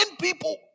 people